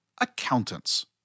accountants